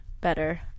better